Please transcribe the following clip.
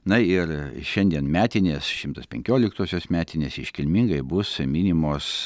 na ir šiandien metinės šimtas penkioliktosios metinės iškilmingai bus minimos